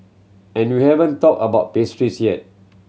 and we haven't talked about pastries yet